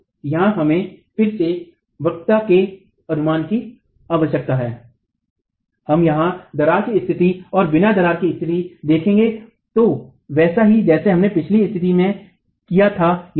तो यहाँ हमें फिर से वक्रता के अनुमान की आवश्यकता है हम यहाँ दरार की स्थिति और बिना दरार की स्थिति देखेंगे तो वैसा ही जैसा हमने पिछले स्थति में किया था